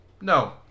No